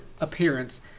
appearance